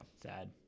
Sad